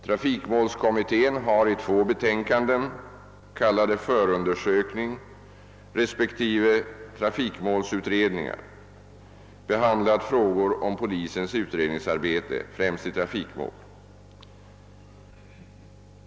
Trafikmålskommittén har i två betänkanden, kallade Förundersökning resp. Trafikmålsutredningar, behandlat frågor om «polisens utredningsarbete, främst i trafikmål.